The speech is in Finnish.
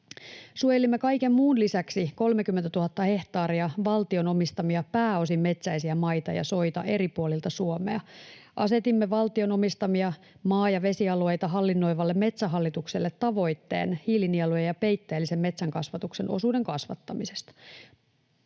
Suojelimme kaiken muun lisäksi 30 000 hehtaaria valtion omistamia pääosin metsäisiä maita ja soita eri puolilta Suomea. Asetimme valtion omistamia maa- ja vesialueita hallinnoivalle Metsähallitukselle tavoitteen hiilinielujen ja peitteellisen metsänkasvatuksen osuuden kasvattamisesta.